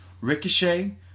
Ricochet